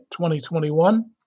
2021